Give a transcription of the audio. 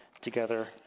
together